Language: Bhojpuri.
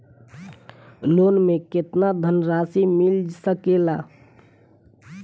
लोन मे केतना धनराशी मिल सकेला?